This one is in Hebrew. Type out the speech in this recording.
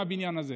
הבניין הזה.